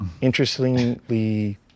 Interestingly